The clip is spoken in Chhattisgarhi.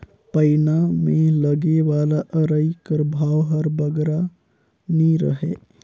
पैना मे लगे वाला अरई कर भाव हर बगरा नी रहें